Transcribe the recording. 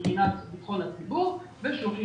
מבחינת ביטחון הציבור ושירות חיוני,